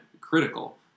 critical